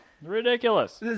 ridiculous